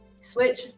switch